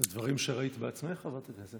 אלו דברים שראית בעצמך, חברת הכנסת פרידמן?